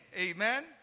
amen